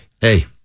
Hey